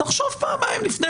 תחשוב פעמיים לפני